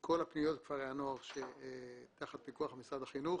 כל הפנימיות וכפרי הנוער שתחת פיקוח משרד החינוך.